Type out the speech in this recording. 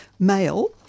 male